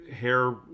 hair